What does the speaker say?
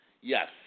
yes